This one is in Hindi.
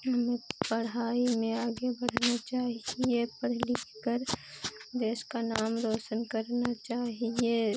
हमें पढ़ाई में आगे बढ़ना चाहिए पढ़ लिखकर देश का नाम रोशन करना चाहिए